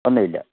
ഒന്നും ഇല്ല